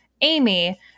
Amy